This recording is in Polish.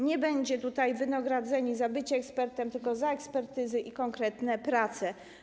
Nie będzie wynagrodzenia za bycie ekspertem, tylko za ekspertyzy i konkretne prace.